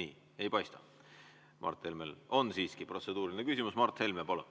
Nii. Ei paista. Mart Helmel on siiski protseduuriline küsimus. Mart Helme, palun!